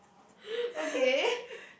okay